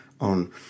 on